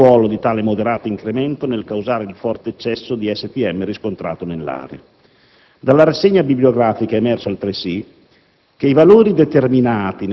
un eventuale ruolo di tale moderato incremento nel causare il forte eccesso di STM riscontrato nell'area. Dalla rassegna bibliografica è emerso, altresì,